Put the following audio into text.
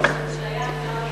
שהיה אפשר לעשות,